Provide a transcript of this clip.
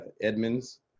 Edmonds